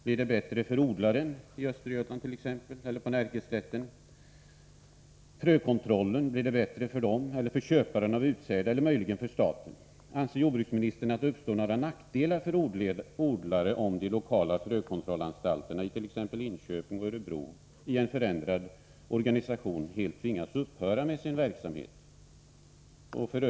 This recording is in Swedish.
Blir det bättre för odlaren i Östergötland eller på Närkeslätten, för frökontrollen, för köparen av utsäde eller möjligen för staten? Anser jordbruksministern att det uppstår några nackdelar för odlare, om de lokala frökontrollanstalterna i t.ex. Linköping och Örebro i en förändrad organisation helt tvingas upphöra med sin verksamhet?